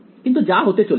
কিন্তু যা হতে চলেছে